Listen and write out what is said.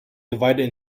divided